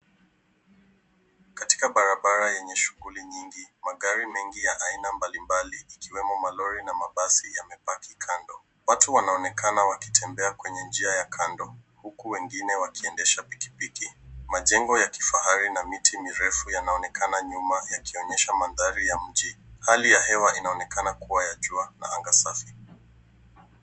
Katika barabara yenye shughuli nyingi magari mengi ya aina mbali mbali ikiwemo malori na mabasi yamepaki kando. Watu wanaonekana wakitembea kwenye njia ya kando huku wengine wakiendesha pikipiki. Majengo ya kifahari na miti mirefu yanaonekana nyuma yakionyesha mandhari ya mji. Hali ya hewa inaonekana kuwa ya jua na anga safi.